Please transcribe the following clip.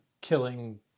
killing